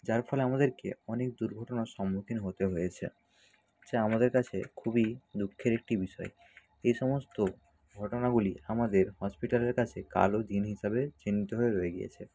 যার ফলে আমাদেরকে অনেক দুর্ঘটনার সম্মুখীন হতে হয়েছে যা আমাদের কাছে খুবই দুঃখের একটি বিষয় এ সমস্ত ঘটনাগুলি আমাদের হসপিটালের কাছে কালো দিন হিসাবে চিহ্নিত হয়ে রয়ে গিয়েছে